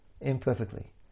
imperfectly